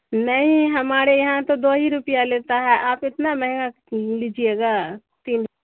نہیں ہمارے یہاں تو دو ہی روپیہ لیتا ہے آپ اتنا مہنگا لیجیے گا تین